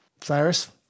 Cyrus